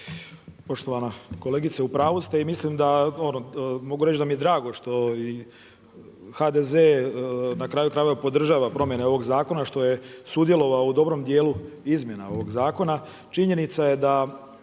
Poštovana kolegice, u pravu ste i mislim da mogu reći da mi je drago što i HDZ na kraju krajeva podržava promjene ovog zakona, što je sudjelovao u dobrom dijelu izmjena ovog zakona. Činjenica je da